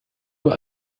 nur